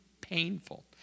painful